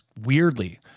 weirdly